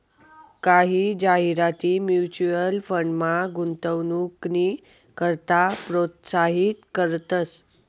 कायी जाहिराती म्युच्युअल फंडमा गुंतवणूकनी करता प्रोत्साहित करतंस